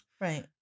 right